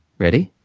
ready?